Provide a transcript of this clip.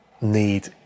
need